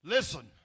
Listen